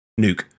Nuke